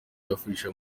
bibafasha